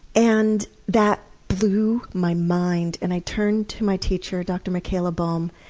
and that blew my mind! and i turned to my teacher, dr. michaela boehm,